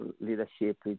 leadership